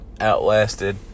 outlasted